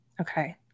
Okay